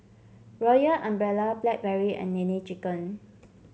Royal Umbrella Blackberry and Nene Chicken